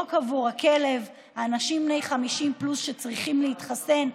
פה קבור הכלב: האנשים בני 50 פלוס שצריכים להתחסן,